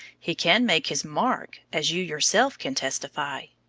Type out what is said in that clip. he can make his mark as you yourself can testify.